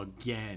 again